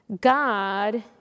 God